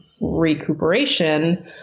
recuperation